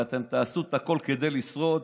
ואתם תעשו את הכול כדי לשרוד,